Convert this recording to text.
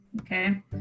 Okay